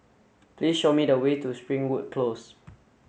please show me the way to Springwood Close